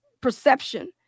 perception